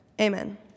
Amen